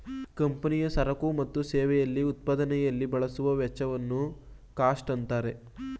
ಕಂಪನಿಯ ಸರಕು ಮತ್ತು ಸೇವೆಯಲ್ಲಿ ಉತ್ಪಾದನೆಯಲ್ಲಿ ಬಳಸುವ ವೆಚ್ಚವನ್ನು ಕಾಸ್ಟ್ ಅಂತಾರೆ